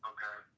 Okay